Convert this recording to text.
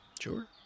Sure